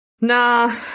Nah